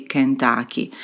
Kentucky